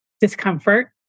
discomfort